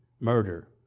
murder